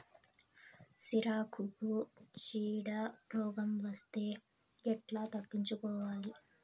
సిరాకుకు చీడ రోగం వస్తే ఎట్లా తగ్గించుకోవాలి?